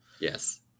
Yes